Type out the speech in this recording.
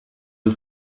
ein